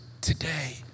today